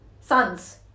sons